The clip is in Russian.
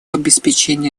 обеспечение